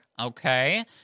Okay